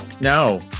No